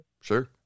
Sure